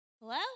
Hello